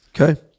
Okay